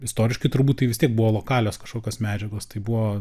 istoriškai turbūt tai vis tiek buvo lokalios kažkokios medžiagos tai buvo